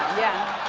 yeah.